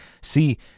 See